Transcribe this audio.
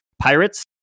pirates